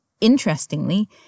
Interestingly